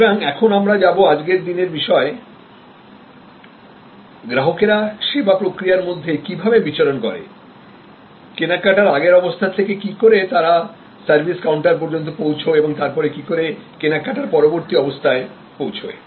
সুতরাং এখন আমরা যাব আজকের দিনের বিষয়গ্রাহকেরা পরিষেবার প্রক্রিয়ার মধ্যে কিভাবে চলাফেরা করে কেনা কাটার আগের অবস্থা থেকে কি করে তারা সার্ভিস কাউন্টারপর্যন্ত পৌঁছায় এবং তারপরে কি করে কেনা কাটার পরবর্তী অবস্থায় পৌঁছায়